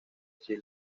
chile